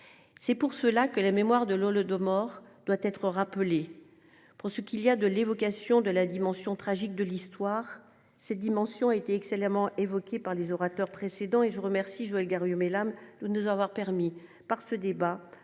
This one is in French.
C'est pour cela que la mémoire de l'Holodomor doit être rappelé pour ce qu'il y a de l'évocation de la dimension tragique de l'histoire. Ses dimensions été excellemment évoqués par les orateurs précédents et je remercie Joëlle Garriaud-Maylam nous nous avoir permis par ce débat